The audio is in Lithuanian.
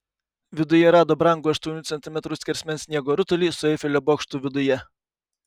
viduje rado brangų aštuonių centimetrų skersmens sniego rutulį su eifelio bokštu viduje